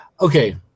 Okay